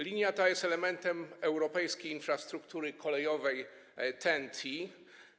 Linia ta jest elementem europejskiej infrastruktury kolejowej TEN-T.